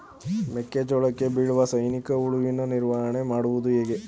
ಮೆಕ್ಕೆ ಜೋಳಕ್ಕೆ ಬೀಳುವ ಸೈನಿಕ ಹುಳುವಿನ ನಿರ್ವಹಣೆ ಮಾಡುವುದು ಹೇಗೆ?